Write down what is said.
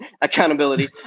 accountability